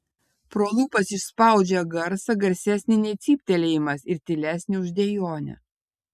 pro lūpas išspaudžia garsą garsesnį nei cyptelėjimas ir tylesnį už dejonę